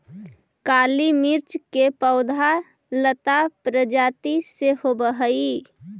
काली मिर्च के पौधा लता प्रजाति के होवऽ हइ